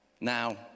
Now